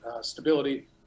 stability